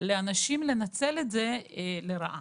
לאנשים לנצל את זה לרעה.